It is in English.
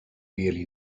really